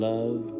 Love